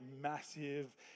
massive